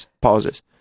pauses